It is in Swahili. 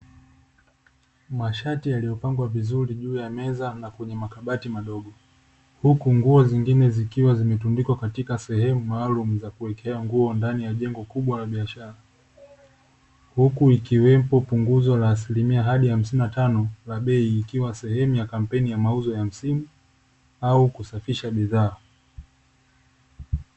Mashati yaliyopangwa vizuri juu ya meza na kwenye makabati madogo, huku nguo zingine zikiwa zimetundikwa katika sehemu maalumu za kuwekea nguo ndani ya jengo kubwa la biashara. Huku ikiwepo punguzo la asilimia hadi hamsini na tano la bei ikiwa sehemu ya kampeni ya mauzo ya msimu au kusafisha bidhaa.